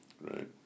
Right